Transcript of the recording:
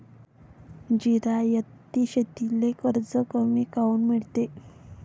जिरायती शेतीले कर्ज कमी काऊन मिळते?